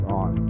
on